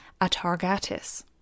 Atargatis